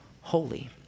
holy